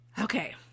Okay